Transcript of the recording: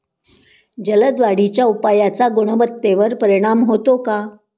जलद वाढीच्या उपायाचा गुणवत्तेवर परिणाम होतो का?